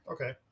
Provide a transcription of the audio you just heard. Okay